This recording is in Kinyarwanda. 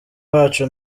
wacu